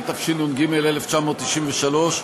התשנ"ג 1993,